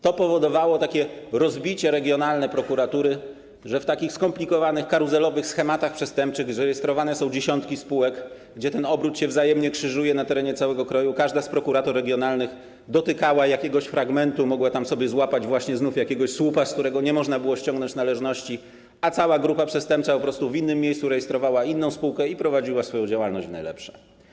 To powodowało rozbicie regionalne prokuratury, że w takich skomplikowanych karuzelowych schematach przestępczych, gdy rejestrowane są dziesiątki spółek, gdy ten obrót się wzajemnie krzyżuje na terenie całego kraju, każda z prokuratur regionalnych dotykała jakiegoś fragmentu, mogła sobie złapać jakiś słup, z którego nie można było ściągnąć należności, a cała grupa przestępcza po prostu w innym miejscu rejestrowała inną spółkę i prowadziła swoją działalność w najlepsze.